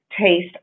taste